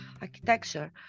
architecture